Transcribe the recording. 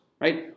right